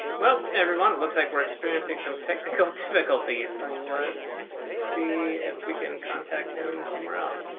well everyone it looks like we're experiencing some technical difficulties. let's see if we can contact him somewhere else.